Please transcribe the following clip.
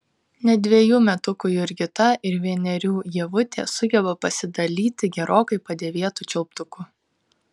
net dvejų metukų jurgita ir vienerių ievutė sugeba pasidalyti gerokai padėvėtu čiulptuku